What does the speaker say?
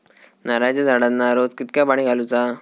नारळाचा झाडांना रोज कितक्या पाणी घालुचा?